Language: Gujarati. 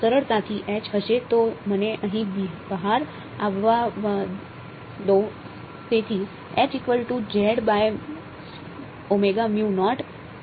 સરળતાથી હશે તો મને અહી થી બહાર આવવા દો